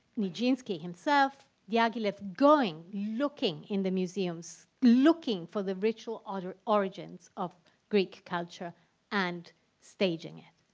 nijinsky himself diaghilev going looking in the museums looking for the ritual order origins of greek culture and staging it.